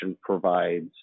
provides